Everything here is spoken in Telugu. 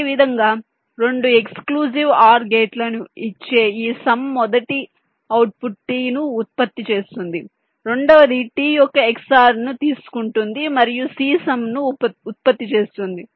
అదేవిధంగా 2 ఎక్స్క్లూజివ్ OR గేట్లను ఇచ్చే ఈ సమ్ మొదట అవుట్పుట్ t ను ఉత్పత్తి చేస్తుంది రెండవది t యొక్క XOR ను తీసుకుంటుంది మరియు c సమ్ ని ఉత్పత్తి చేస్తుంది